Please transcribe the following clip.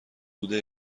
بوده